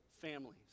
families